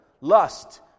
lust